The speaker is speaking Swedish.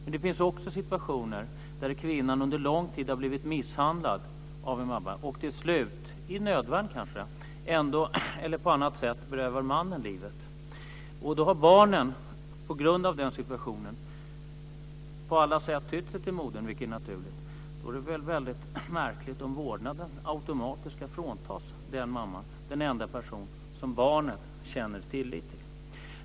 Men det finns också situationer där kvinnan under lång tid har blivit misshandlad av en man och till slut, i nödvärn eller på annat sätt, berövar mannen livet. Då har barnen på grund av den situationen på alla sätt tytt sig till modern, vilket är naturligt. Och då är det väl märkligt om vårdnaden automatiskt ska fråntas den mamman, den enda person som barnen känner tillit till.